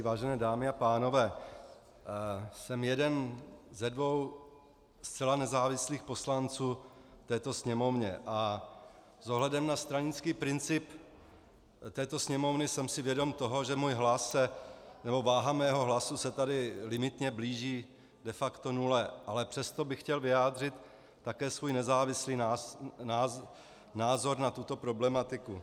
Vážené dámy a pánové, jsem jeden ze dvou zcela nezávislých poslanců v této Sněmovně a s ohledem na stranický princip této Sněmovny jsem si vědom toho, že váha mého hlasu se tady limitně blíží de facto nule, ale přesto bych chtěl vyjádřit také svůj nezávislý názor na tuto problematiku.